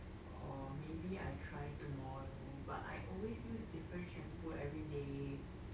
or maybe I try tomorrow but I always use different shampoo every day